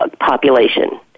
population